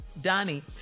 Donnie